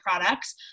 products